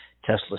Tesla